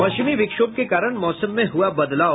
पश्चिमी विक्षोभ के कारण मौसम में हुआ बदलाव